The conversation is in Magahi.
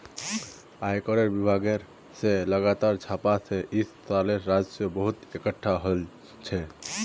आयकरेर विभाग स लगातार छापा स इस सालेर राजस्व बहुत एकटठा हल छोक